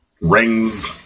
rings